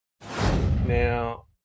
Now